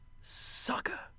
Sucker